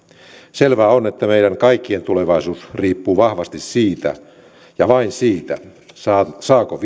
selvää on että meidän kaikkien tulevaisuus riippuu vahvasti siitä ja vain siitä saavatko